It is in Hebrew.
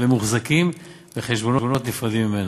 והם מוחזקים בחשבונות נפרדים ממנה.